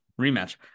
rematch